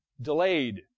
delayed